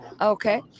okay